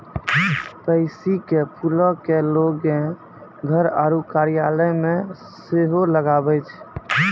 pansy के फूलो के लोगें घर आरु कार्यालय मे सेहो लगाबै छै